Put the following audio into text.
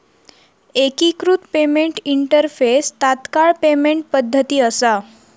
एकिकृत payment interface तात्काळ payment पद्धती असा